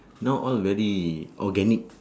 now all very organic